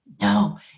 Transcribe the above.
No